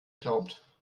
glaubt